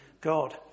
God